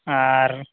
ᱟᱨ